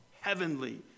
heavenly